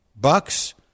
Bucks